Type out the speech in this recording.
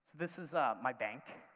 this is my bank,